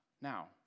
Now